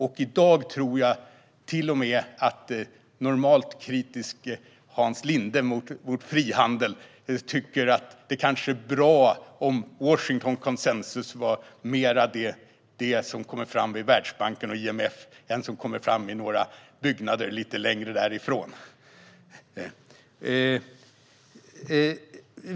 I dag tror jag att till och med Hans Linde som normalt är kritisk mot frihandel kanske tycker att det är bra om det kommer fram mer Washingtonkonsensus vid Världsbanken och IMF än det som kommer fram i några byggnader lite längre därifrån.